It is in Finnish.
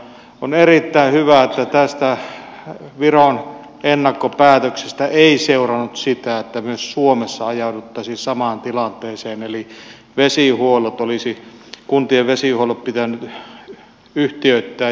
on erittäin hyvä että tästä viron ennakkopäätöksestä ei seurannut sitä että myös suomessa ajauduttaisiin samaan tilanteeseen eli kuntien vesihuollot olisi pitänyt yhtiöittää